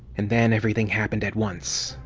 and then everything happened at once.